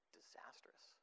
disastrous